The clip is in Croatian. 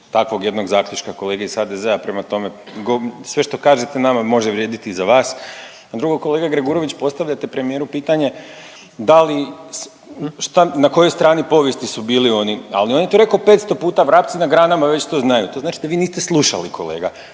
takvog jednog zaključka kolege iz HDZ-a prema tome sve što kažete nama može vrijediti i za vas, a drugo kolega Gregurović postavljate premijeru pitanje da li, na kojoj strani povijesti su bili oni, ali on je to rekao 500 puta, vrapci na granama isto znaju. To znači da vi niste slušali kolega.